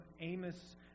Amos